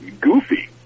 goofy